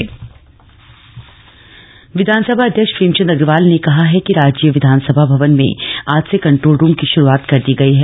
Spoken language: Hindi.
कन्ट्रोल रूम विधानसभा अध्यक्ष प्रेम चंद अग्रवाल ने कहा है कि राज्य विधानसभा भवन में आज से कन्ट्रोल रूम की शुरूआत कर दी गयी है